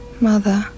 Mother